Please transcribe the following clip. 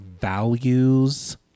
values